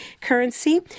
currency